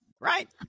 Right